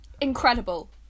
Incredible